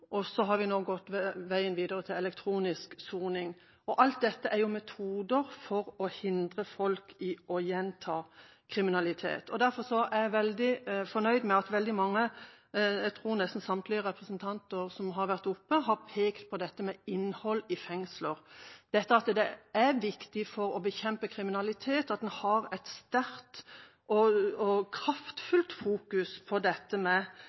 og nå har vi gått veien videre til elektronisk soning. Alt dette er metoder for å hindre folk i å gjenta kriminalitet. Derfor er jeg veldig fornøyd med at mange – jeg tror nesten samtlige representanter som har vært oppe – har pekt på dette med innhold i fengsler. Det er viktig for å bekjempe kriminalitet at en har et sterkt og kraftfullt fokus på dette med